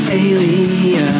alien